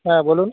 হ্যাঁ বলুন